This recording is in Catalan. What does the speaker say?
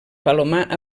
palomar